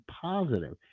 positive